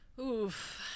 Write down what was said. Oof